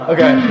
Okay